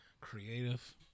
creative